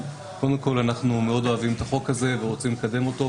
אנחנו מאוד אוהבים את החוק הזה ורוצים לקדם אותו.